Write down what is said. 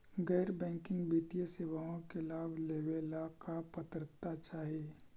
गैर बैंकिंग वित्तीय सेवाओं के लाभ लेवेला का पात्रता चाही?